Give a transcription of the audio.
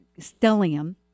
stellium